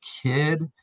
kid